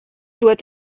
doit